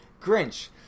Grinch